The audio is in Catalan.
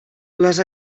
les